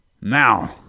Now